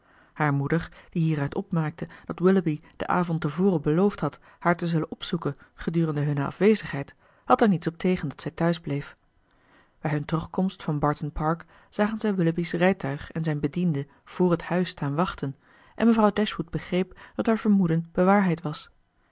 haar moeder die hier uit opmaakte dat willoughby den avond te voren beloofd had haar te zullen opzoeken gedurende hunne afwezigheid had er niets op tegen dat zij tehuis bleef bij hun terugkomst van barton park zagen zij willoughby's rijtuig en zijn bediende vr het huis staan wachten en mevrouw dashwood begreep dat haar vermoeden bewaarheid was